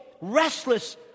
restless